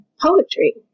poetry